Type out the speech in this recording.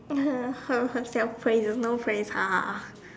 herself praise no praise